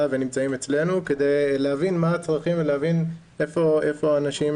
ונמצאים אצלנו כדי להבין מה הצרכים ולהבין איפה אנשים